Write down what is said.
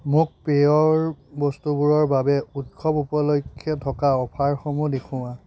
মোক পেয়ৰ বস্তুবোৰৰ বাবে উৎসৱ উপলক্ষে থকা অফাৰসমূহ দেখুওৱা